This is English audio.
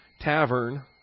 tavern